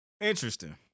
Interesting